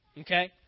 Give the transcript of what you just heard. Okay